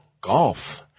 Golf